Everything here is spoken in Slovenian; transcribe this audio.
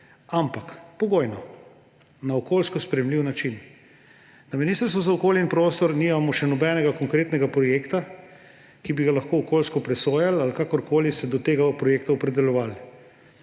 Ampak pogojno, na okoljsko sprejemljiv način. Na Ministrstvu za okolje in prostor nimamo še nobenega konkretnega projekta, ki bi ga lahko okoljsko presojali ali se kakorkoli do tega projekta opredeljevali.